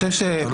יהודיים.